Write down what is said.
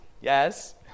yes